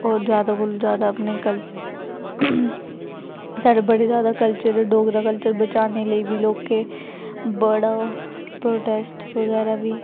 होर जैदा कोलां जैदा अपने कल्चर साढ़े बड़े जैदा कल्चर डोगरा कल्चर बचाने लेई बी लोकें बड़ा प्रोटेस्ट बगैरा बी